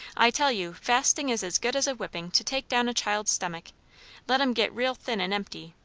i tell you, fasting is as good as whipping to take down a child's stomach let em get real thin and empty,